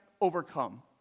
overcome